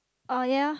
uh ya